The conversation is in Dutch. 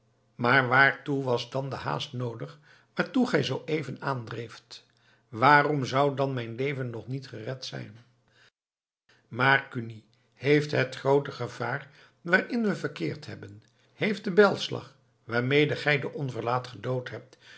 maar waartoe was dan de haast noodig waartoe gij zooeven aandreeft waarom zou dan mijn leven nog niet gered zijn maar kuni heeft het groote gevaar waarin we verkeerd hebben heeft de bijlslag waarmede gij den onverlaat gedood hebt